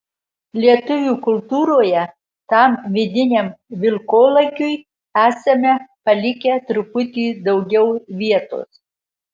lietuvių kultūroje tam vidiniam vilkolakiui esame palikę truputį daugiau vietos